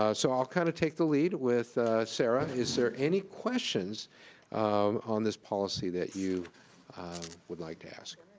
ah so i'll kind of take the lead with sarah. is there any questions um on this policy that you would like to ask?